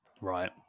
Right